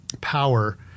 power